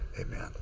Amen